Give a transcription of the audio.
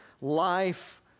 life